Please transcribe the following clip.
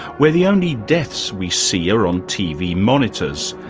where the only deaths we see are on tv monitors?